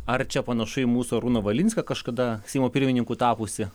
ar čia panašu į mūsų arūną valinską kažkada seimo pirmininku tapusį